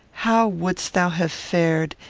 how wouldst thou have fared,